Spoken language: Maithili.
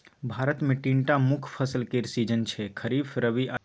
भारत मे तीनटा मुख्य फसल केर सीजन छै खरीफ, रबी आ जाएद